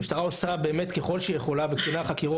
המשטרה עושה ככל שהיא יכולה עם החוקרים